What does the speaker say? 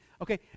Okay